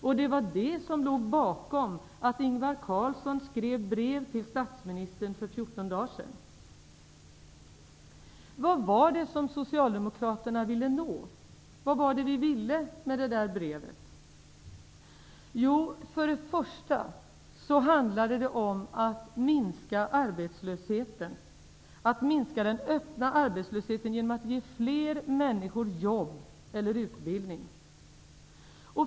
Och det var det som låg bakom att Ingvar Carlsson skrev brev till statsministern för 14 dagar sedan. Vad var det som Socialdemokraterna ville uppnå? Vad var det vi ville med brevet? För det första handlade det om att minska den öppna arbetslösheten genom att ge fler människor jobb eller utbildning.